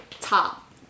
top